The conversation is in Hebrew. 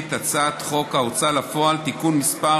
את הצעת חוק ההוצאה לפועל (תיקון מס'